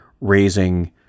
raising